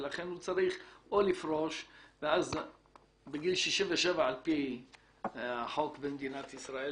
ולכן הוא צריך או לפרוש בגיל 67 על פי החוק במדינת ישראל,